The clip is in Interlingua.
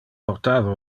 portava